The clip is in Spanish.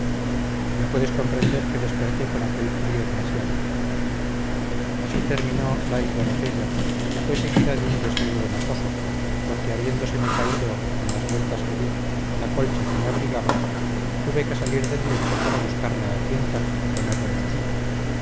ya puedes comprender que desperté con aquel frío glacial así terminó la idolopeya que fue seguida de un desvelo enojoso porque habiéndoseme caído con las vueltas que di la colcha que me abrigaba tuve que salir del lecho para buscarla a tientas y ponerla en su sitio